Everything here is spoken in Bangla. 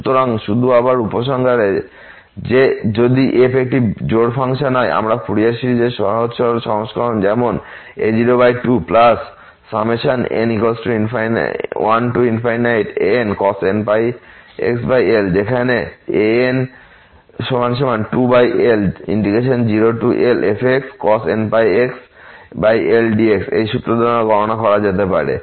সুতরাং শুধু আবার উপসংহারে যে f যদি একটি জোড় ফাংশন হয় আমরা ফুরিয়ার সিরিজের সহজ সরল সংস্করণ যেমন a02n1ancos nπxL যেখানে an 2L0Lfxcos nπxL dx এই সূত্র দ্বারা গণনা করা যেতে পারে